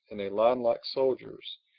in a line like soldiers,